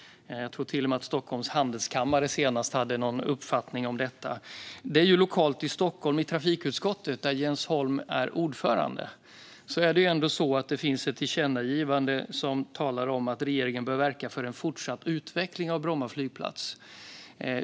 Jag tror till och med att Stockholms handelskammare senast hade någon uppfattning om detta. I trafikutskottet, där Jens Holm är ordförande, finns ett tillkännagivande som talar om att regeringen bör verka för en fortsatt utveckling av Bromma flygplats.